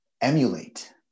emulate